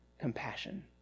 compassion